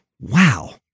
wow